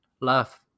love